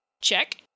Check